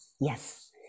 Yes